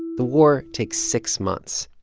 the war takes six months.